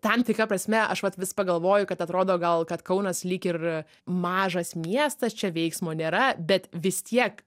tam tikra prasme aš vat vis pagalvoju kad atrodo gal kad kaunas lyg ir mažas miestas čia veiksmo nėra bet vis tiek